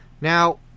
Now